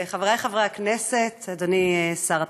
חבריי חברי הכנסת, אדוני שר התחבורה,